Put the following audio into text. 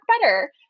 better